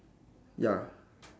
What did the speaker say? ya